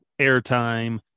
airtime